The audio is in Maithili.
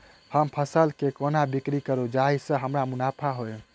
हम फसल केँ कोना बिक्री करू जाहि सँ हमरा मुनाफा होइ?